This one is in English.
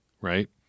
right